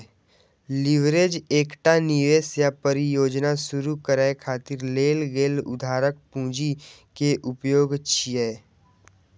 leverage एकटा निवेश या परियोजना शुरू करै खातिर लेल गेल उधारक पूंजी के उपयोग छियै